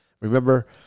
Remember